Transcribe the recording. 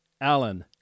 Allen